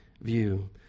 view